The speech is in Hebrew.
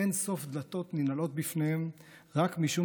אין סוף דלתות ננעלות בפניהם רק משום